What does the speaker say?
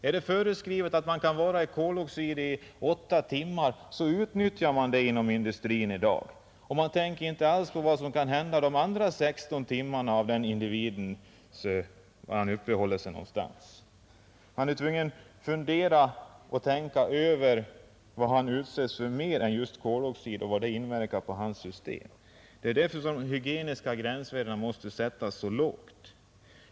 Är det föreskrivet att man kan vistas i koloxid under åtta timmar, utnyttjas detta inom industrin. Man tänker inte alls på var individen uppehåller sig de övriga 16 timmarna av dygnet. Han är tvungen att fundera över vad han utsätts för utöver koloxiden och hur det inverkar på hans system. Därför måste de hygieniska gränsvärdena sättas så lågt.